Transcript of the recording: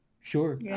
Sure